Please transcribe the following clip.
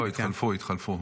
לא, התחלפו, התחלפו.